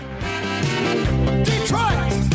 Detroit